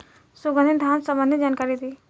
सुगंधित धान संबंधित जानकारी दी?